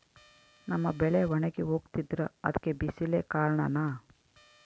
ನಮ್ಮ ಬೆಳೆ ಒಣಗಿ ಹೋಗ್ತಿದ್ರ ಅದ್ಕೆ ಬಿಸಿಲೆ ಕಾರಣನ?